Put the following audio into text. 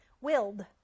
willed